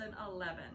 2011